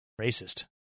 Racist